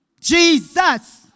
Jesus